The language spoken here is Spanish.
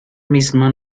misma